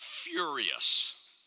furious